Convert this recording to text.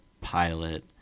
pilot